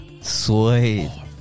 Sweet